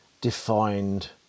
defined